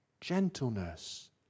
Gentleness